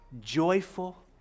joyful